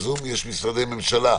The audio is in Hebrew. אבל השאלה מהי אלימות כלכלית.